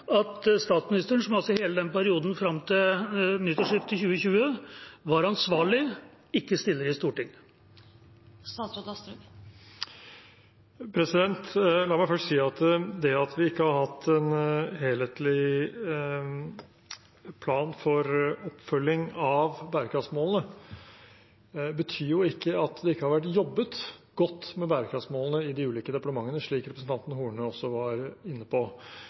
at statsministeren, som i hele den perioden fram til nyttårsskiftet 2020 var ansvarlig, ikke stiller i Stortinget. La meg først si at det at vi ikke har hatt en helhetlig plan for oppfølging av bærekraftsmålene, ikke betyr at det ikke har vært jobbet godt med bærekraftsmålene i de ulike departementene, slik